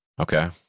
Okay